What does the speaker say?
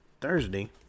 Thursday